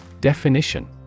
Definition